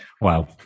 Wow